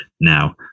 now